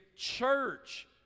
church